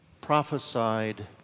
prophesied